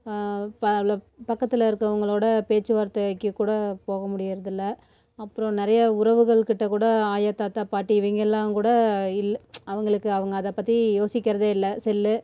பக்கத்தில் இருக்கிறவங்களோட பேச்சுவார்த்தைக்கு கூட போக முடியுறது இல்லை அப்றம் நிறைய உறவுகள்கிட்டே கூட ஆயா தாத்தா பாட்டி இவங்கெல்லாம் கூட இல்லை அவங்களுக்கு அவங்க அதை பற்றி யோசிக்கிறதே இல்லை செல்லு